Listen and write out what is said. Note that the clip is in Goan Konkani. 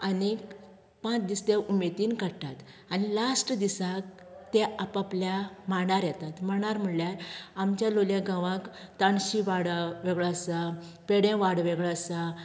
आनीक पांच दीस ते उमेदीन काडटात आनी लास्ट दिसाक ते आपआपल्या मांडार येतात मांडार म्हळ्यार आमच्या लोलयां गांवांत ताणशीं वाडा वेगळो आसा पेडे वाड वेगळो आसा